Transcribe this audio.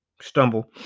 stumble